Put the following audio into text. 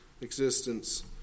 existence